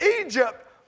Egypt